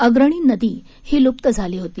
अग्रणी नदी ही लुप्त झाली होती